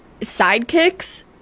sidekicks